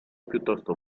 piuttosto